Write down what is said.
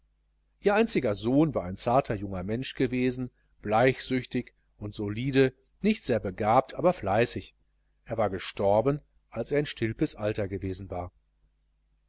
ihr einziger sohn war ein zarter junger mensch gewesen bleichsüchtig und solide nicht sehr begabt aber fleißig er war gestorben als er in stilpes alter gewesen war